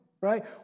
right